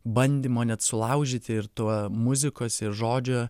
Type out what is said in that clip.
bandymo net sulaužyti ir tuo muzikos ir žodžio